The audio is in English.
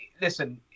listen